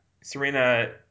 Serena